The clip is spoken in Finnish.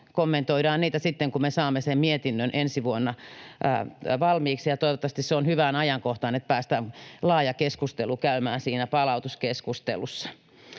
kommentoidaan niitä sitten, kun me saamme sen mietinnön ensi vuonna valmiiksi, ja toivottavasti se on hyvään ajankohtaan, että päästään laaja keskustelu käymään siinä palautekeskustelussa.